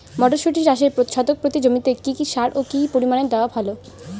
মটরশুটি চাষে শতক প্রতি জমিতে কী কী সার ও কী পরিমাণে দেওয়া ভালো?